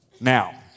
Now